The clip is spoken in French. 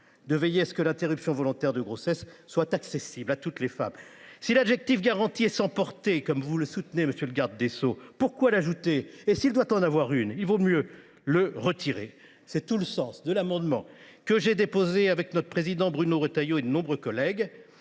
de veiller à ce que l’interruption volontaire de grossesse soit accessible à toutes les femmes ! Si l’adjectif « garantie » n’a aucune portée, comme vous le soutenez, monsieur le garde des sceaux, pourquoi l’ajouter ? Par ailleurs, s’il doit en avoir une, il vaut mieux le retirer ! C’est tout le sens de l’amendement que j’ai déposé avec Bruno Retailleau, président de notre groupe, et de nombreux collègues,